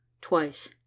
twice